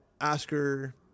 Oscar